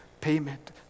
payment